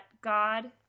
God